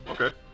okay